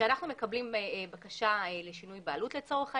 כשאנחנו מקבלים בקשה לשינוי בעלות לצורך העניין,